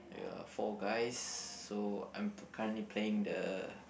we are four guys so I'm currently playing the